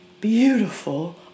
beautiful